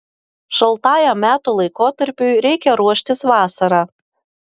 šaltajam metų laikotarpiui reikia ruoštis vasarą